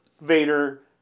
Vader